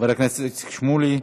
חבר הכנסת איציק שמולי,